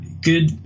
good